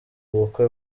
ubukwe